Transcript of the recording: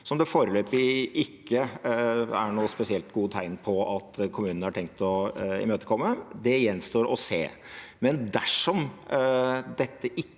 som det foreløpig ikke er noen spesielt gode tegn til at kommunen har tenkt å imøtekomme – det gjenstår å se – men dersom dette ikke